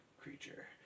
creature